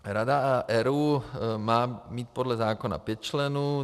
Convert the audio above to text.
Rada ERÚ má mít podle zákona pět členů.